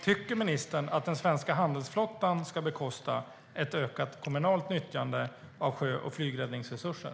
Tycker ministern att den svenska handelsflottan ska bekosta ett ökat kommunalt nyttjande av sjö och flygräddningsresurser?